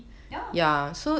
ya